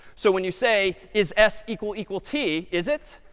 so when you say, is s equal equal t. is it?